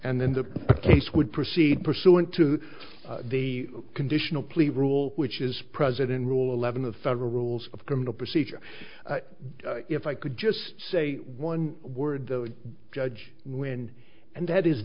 and then the case would proceed pursuant to the conditional plea rule which is president rule eleven of federal rules of criminal procedure if i could just say one word the judge when and that is